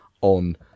on